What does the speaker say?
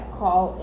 call